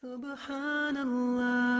Subhanallah